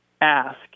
ask